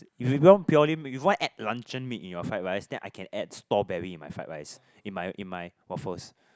if you want purely if you want add luncheon meat in your fried rice then I can add strawberry in my fried rice in my in my waffles